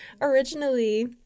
originally